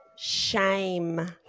shame